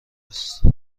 است